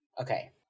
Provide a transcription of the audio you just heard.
Okay